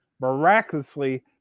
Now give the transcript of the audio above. Miraculously